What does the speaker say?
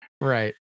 Right